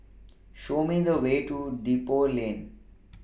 Show Me The Way to Depot Lane